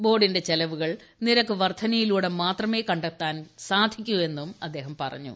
ബോർഡിന്റെ ചെലവുകൾ നിരക്ക് വർധനയിലൂടെ മാത്രമേ കണ്ടെത്താൻ സാധിക്കൂ എന്നും അദ്ദേഹം പറഞ്ഞു